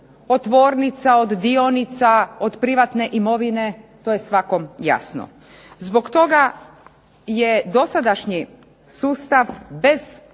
od tvornica, od dionica, od privatne imovine, to je svakom jasno. Zbog toga je dosadašnji sustav bez